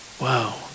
Wow